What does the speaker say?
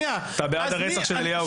אתה בעד הרצח של אליהו קיי?